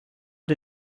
der